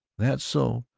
that's so.